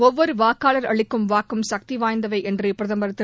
ஒவ்வொரு வாக்களர் அளிக்கும் வாக்கும் சக்திவாய்ந்தவை என்று பிரதமர் திரு